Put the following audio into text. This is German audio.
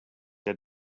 der